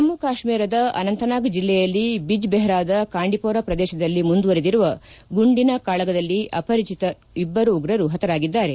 ಜಮ್ನಿ ಕಾಶ್ನೀರದ ಅನಂತನಾಗ್ ಜಿಲ್ಲೆಯಲ್ಲಿ ಬಿಜ್ಬೆಹರಾದ ಕಾಂಡಿಪೋರಾ ಪ್ರದೇಶದಲ್ಲಿ ಮುಂದುವರೆದಿರುವ ಗುಂಡಿನ ಕಾಳಗದಲ್ಲಿ ಅಪರಿಚಿತ ಇಬ್ಲರು ಉಗ್ರರು ಹತರಾಗಿದ್ದಾರೆ